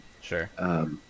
Sure